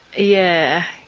yeah,